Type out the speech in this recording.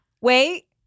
Wait